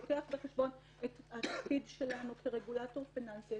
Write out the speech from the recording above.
מביא בחשבון את התפקיד שלנו כרגולטור פיננסי,